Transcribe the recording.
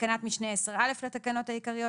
תיקון תקנה 10 בתקנת משנה 10(א) לתקנות העיקריות,